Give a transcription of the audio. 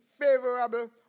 favorable